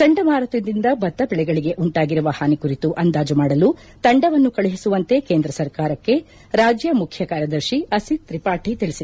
ಚಂಡಮಾರುತದಿಂದ ಭತ್ತ ಬೆಳೆಗಳಿಗೆ ಉಂಟಾಗಿರುವ ಹಾನಿ ಕುರಿತು ಅಂದಾಜು ಮಾಡಲು ತಂಡವನ್ನು ಕಳುಹಿಸುವಂತೆ ಕೇಂದ್ರ ಸರ್ಕಾರಕ್ಕೆ ರಾಜ್ಯ ಮುಖ್ಚಕಾರ್ಯದರ್ಶಿ ಅಸಿತ್ ತ್ರಿಪಾಠಿ ತಿಳಿಸಿದ್ದಾರೆ